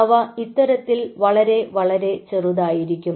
അവ ഇത്തരത്തിൽ വളരെ വളരെ ചെറുതായിരിക്കും